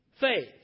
faith